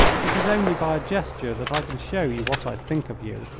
it is only by a gesture that i can show you what i think of you.